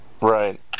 right